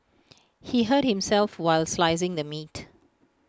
he hurt himself while slicing the meat